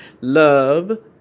love